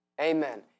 Amen